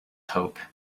hope